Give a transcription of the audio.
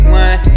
one